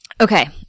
Okay